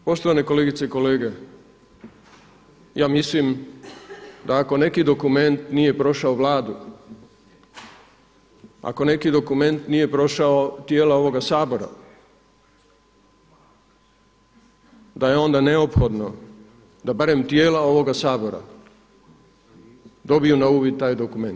Poštovane kolegice i kolege, ja mislim da ako neki dokument nije prošao Vladu, ako neki dokument nije prošao tijela ovoga Sabora da je onda neophodno da barem tijela ovoga Sabora dobiju na uvid taj dokument.